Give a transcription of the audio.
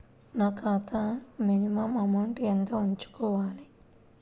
నా ఖాతా minimum amount ఎంత ఉంచుకోవాలి?